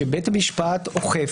שבית המשפט אוכף,